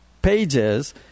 pages